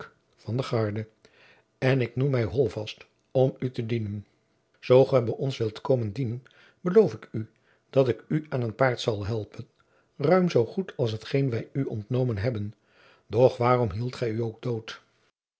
van de guarde en ik noem mij holtvast om u te dienen zoo ge bij ons wilt komen dienen beloof ik u dat ik u aan een paard zal helpen ruim zoo goed als hetgeen wij u ontnomen hebben doch waarom hieldt gij u ook dood